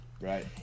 Right